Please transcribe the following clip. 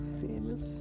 famous